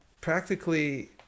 practically